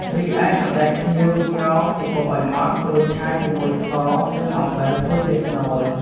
រីឯសណ្ដែកខៀវស្ងោរ គេបុកឱ្យម៉ដ្ឋ រួចឆាជាមួយស្ករ និងអំបិលធ្វើជាស្នូល។